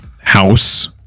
House